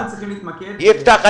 יפתח,